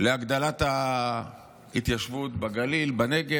להגדלת ההתיישבות בגליל, בנגב.